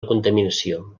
contaminació